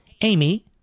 Amy